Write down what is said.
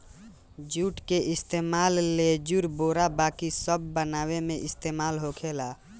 जुट के इस्तेमाल लेजुर, बोरा बाकी सब बनावे मे इस्तेमाल होखेला